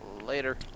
Later